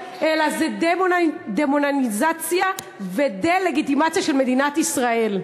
אלא זה דמוניזציה ודה-לגיטימציה של מדינת ישראל.